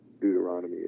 Deuteronomy